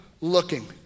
looking